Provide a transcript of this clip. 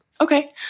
Okay